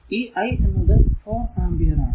ഈ i എന്നത് 4 ampere ആണ്